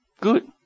good